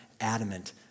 adamant